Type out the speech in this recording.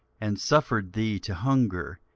and suffered thee to hunger,